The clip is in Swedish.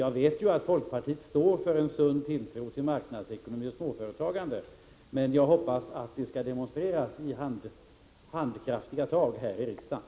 Jag vet ju att folkpartiet står för en sund tilltro till marknadsekonomi och småföretagande. Men jag hoppas att det skall demonstreras i handfasta tag här i riksdagen.